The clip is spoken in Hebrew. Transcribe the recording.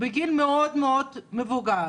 בגיל מאוד מאוד מבוגר,